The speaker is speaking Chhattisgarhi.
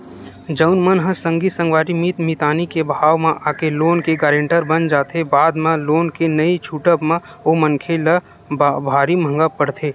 जउन मन ह संगी संगवारी मीत मितानी के भाव म आके लोन के गारेंटर बन जाथे बाद म लोन के नइ छूटब म ओ मनखे ल भारी महंगा पड़थे